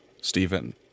Stephen